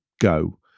go